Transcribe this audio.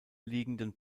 liegenden